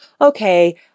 okay